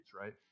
right